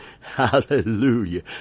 Hallelujah